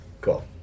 Cool